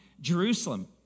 Jerusalem